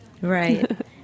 Right